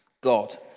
God